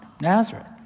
Nazareth